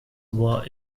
were